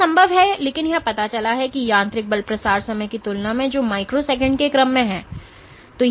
यह संभव है लेकिन यह क्या पता चला है कि यांत्रिक बल प्रसार समय की तुलना में जो माइक्रोसेकंड के क्रम में है